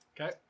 Okay